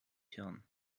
hirn